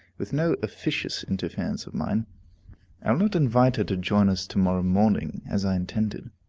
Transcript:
with no officious interference of mine i will not invite her to join us to-morrow morning, as i intended.